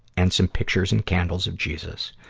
and some pictures and candles of jesus.